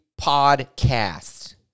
podcast